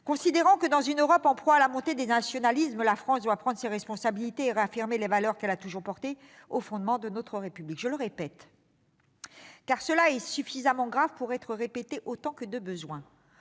considérant que, dans une Europe en proie à la montée des nationalismes, la France devait prendre ses responsabilités et réaffirmer les valeurs qu'elle a toujours défendues, et qui sont au fondement de notre République. Je le répète, car cela est suffisamment grave pour être répété autant que de besoin,